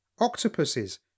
octopuses